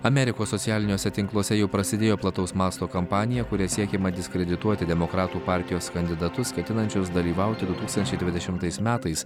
amerikos socialiniuose tinkluose jau prasidėjo plataus masto kampanija kuria siekiama diskredituoti demokratų partijos kandidatus ketinančius dalyvauti du tūkstančiai dvidešimtais metais